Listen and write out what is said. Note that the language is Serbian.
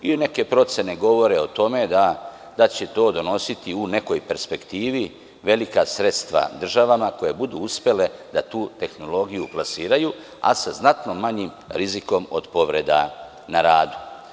Neke procene govore o tome da će to donositi u nekoj perspektivi velika sredstva državama koje budu uspele da tu tehnologiju plasiraju, a sa znatno manjim rizikom od povreda na radu.